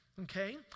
okay